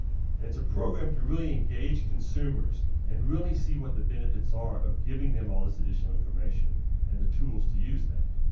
it's a program to really engage consumers and really see what the benefits are of giving them all this additional information and the tools to use that.